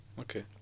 okay